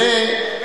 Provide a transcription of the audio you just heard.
למשתכן.